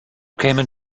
kämen